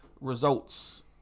results